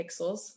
pixels